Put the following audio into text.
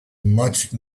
much